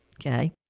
okay